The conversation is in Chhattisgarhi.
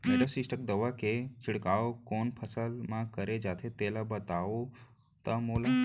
मेटासिस्टाक्स दवा के छिड़काव कोन फसल म करे जाथे तेला बताओ त मोला?